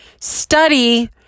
study